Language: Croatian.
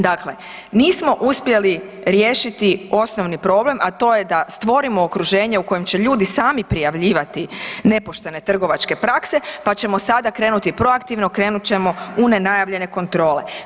Dakle, nismo uspjeli riješiti osnovni problem a to je da stvorimo okruženje u kojem će ljudi sami prijavljivati nepoštene trgovačke prakse pa ćemo sada krenuti proaktivno, krenut ćemo u nenajavljene kontrole.